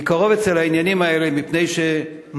אני קרוב אצל העניינים האלה מפני שמרביתם